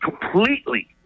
completely –